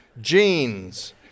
Jeans